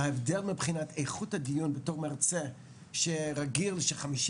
ההבדל מבחינת איכות הדיון בתור מרצה שרגיל ש-50